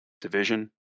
Division